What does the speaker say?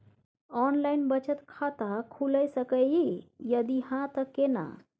Online बचत खाता खुलै सकै इ, यदि हाँ त केना?